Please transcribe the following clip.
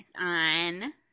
on